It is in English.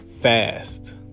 fast